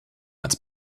its